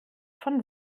von